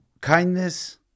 kindness